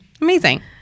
amazing